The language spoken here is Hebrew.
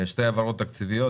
שתי העברות תקציביות,